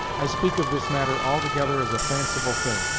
i speak of this matter altogether as a fanciful thing,